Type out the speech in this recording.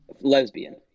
Lesbian